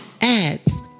ads